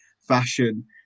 fashion